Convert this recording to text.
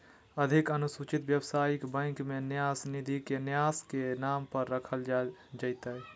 अधिक अनुसूचित व्यवसायिक बैंक में न्यास निधि के न्यास के नाम पर रखल जयतय